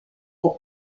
pour